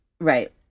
Right